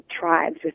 tribes